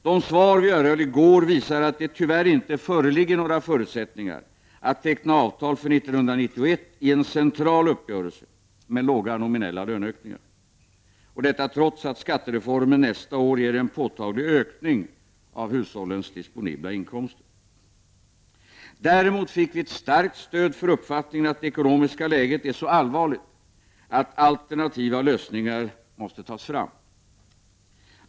De svar vi erhöll i går visar att det tyvärr inte föreligger några förutsättningar att teckna avtal för 1991 i en central uppgörelse med låga nominella löneökningar, detta trots att skattereformen nästa år ger en påtaglig ökning av hushållens disponibla inkomster. Däremot fick vi ett starkt stöd för uppfattningen att det ekonomiska läget är så allvarligt att alternativa lösningar måste tas fram.